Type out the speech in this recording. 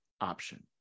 option